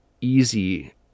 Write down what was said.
easy